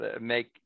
make